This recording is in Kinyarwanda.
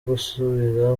gusubira